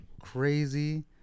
crazy